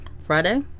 Friday